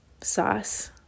sauce